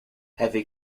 heavy